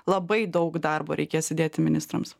labai daug darbo reikės įdėti ministrams